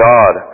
God